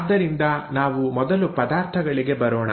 ಆದ್ದರಿಂದ ನಾವು ಮೊದಲು ಪದಾರ್ಥಗಳಿಗೆ ಬರೋಣ